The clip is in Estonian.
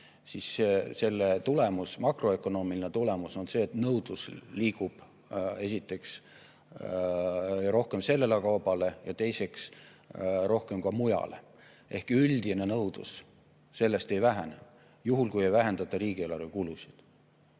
siis selle makroökonoomiline tulemus on see, et nõudlus liigub esiteks rohkem sellele kaubale ja teiseks rohkem ka mujale. Üldine nõudlus sellest ei vähene, juhul kui ei vähendata riigieelarve kulusid.